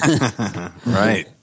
Right